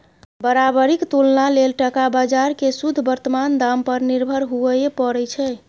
बराबरीक तुलना लेल टका बजार केँ शुद्ध बर्तमान दाम पर निर्भर हुअए परै छै